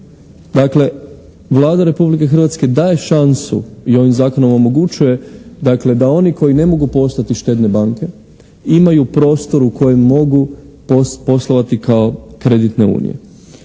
Dakle, Vlada Republike Hrvatske daje šansu i ovim zakonom omogućuje da oni koji ne mogu postati štedne banke imaju prostor u kojem mogu poslovati kao kreditne unije.